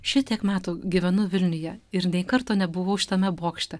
šitiek metų gyvenu vilniuje ir nei karto nebuvau šitame bokšte